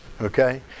Okay